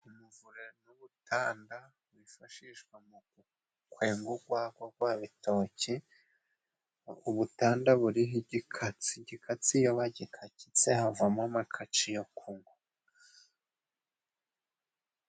Umuvure n'ubutanda byifashishwa mu kwenga ugwagwa gwa bitoki, ubutanda buriho igikatsi. Igikatsi iyo bagikagitse havamo amakatsi yo kunywa.